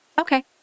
Okay